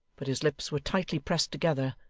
but his lips were tightly pressed together,